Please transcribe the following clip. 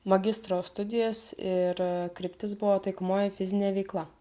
magistro studijas ir kryptis buvo taikomoji fizinė veikla